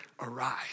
Arise